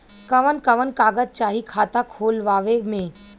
कवन कवन कागज चाही खाता खोलवावे मै?